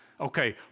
Okay